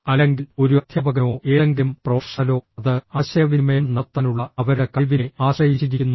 അല്ലെങ്കിൽ ഒരു അധ്യാപകനോ ഏതെങ്കിലും പ്രൊഫഷണലോ അത് ആശയവിനിമയം നടത്താനുള്ള അവരുടെ കഴിവിനെ ആശ്രയിച്ചിരിക്കുന്നു